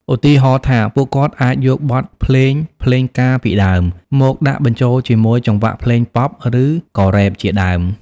ឧទាហរណ៍ថា ពួកគាត់អាចយកបទភ្លេងភ្លេងការពីដើមមកដាក់បញ្ចូលជាមួយចង្វាក់ភ្លេងប៉ុប ឬក៏រ៉េប ជាដើម។